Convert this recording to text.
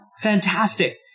fantastic